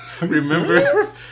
remember